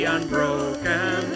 unbroken